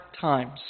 times